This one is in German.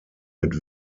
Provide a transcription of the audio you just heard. mit